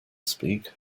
speak